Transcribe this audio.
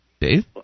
Dave